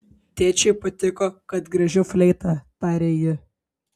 tėčiui patiko kad griežiu fleita tarė ji